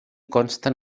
consten